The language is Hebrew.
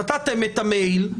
נתתם את המעיל,